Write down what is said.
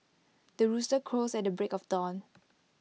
the rooster crows at the break of dawn